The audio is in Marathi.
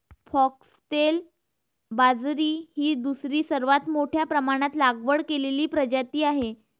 फॉक्सटेल बाजरी ही दुसरी सर्वात मोठ्या प्रमाणात लागवड केलेली प्रजाती आहे